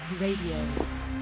Radio